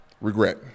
regret